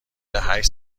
هشت